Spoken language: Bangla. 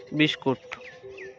বিস্কুট